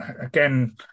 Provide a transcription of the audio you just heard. again